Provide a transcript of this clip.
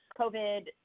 covid